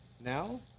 now